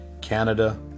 Canada